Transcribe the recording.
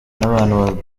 n’abantu